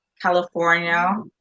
California